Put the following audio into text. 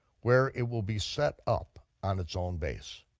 where it will be set up on its own base.